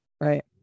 right